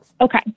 Okay